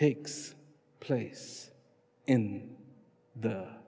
takes place in the